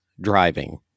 driving